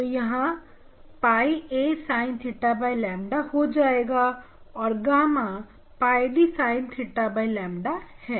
तो यह 𝝿 a sin theta ƛ हो जाएगा और गामा 𝝿 d sin theta ƛ है